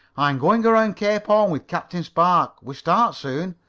i'm going around cape horn with captain spark. we start soon.